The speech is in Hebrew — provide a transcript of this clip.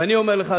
ואני אומר לך,